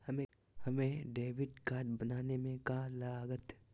हमें debit card बनाने में का लागत?